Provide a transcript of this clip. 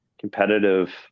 competitive